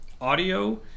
audio